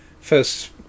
first